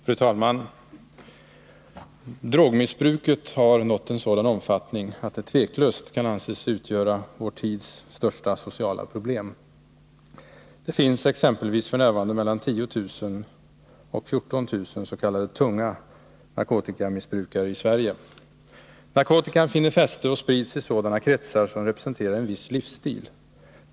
Fru talman! Drogmissbruket har nått en sådan omfattning att det tveklöst kan anses utgöra vår tids största sociala problem. Det finns exempelvis f. n. mellan 10 000 och 14 000 ”tunga” narkotikamissbrukare i Sverige. Narkotikan finner främst fäste och sprids i sådana kretsar som representerar en viss livsstil.